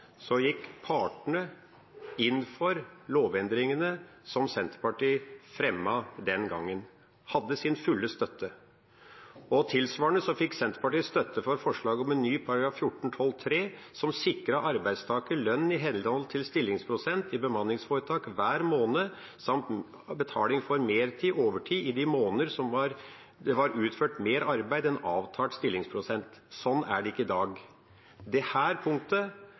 gikk partene inn for lovendringene som Senterpartiet fremmet den gangen. De hadde full støtte. Tilsvarende fikk Senterpartiet støtte for forslaget om et nytt tredje ledd i paragraf 14-12, som sikrer arbeidstakeren lønn i henhold til stillingsprosent i bemanningsforetak hver måned, samt betaling for mertid/overtid i de månedene det er utført mer arbeid enn avtalt stillingsprosent. Slik er det ikke i dag. Dette punktet er vesentlig for å bedre konkurranseforholdene. Hvorfor har ikke regjeringa rettet opp det?